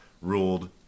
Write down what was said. ruled